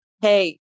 hey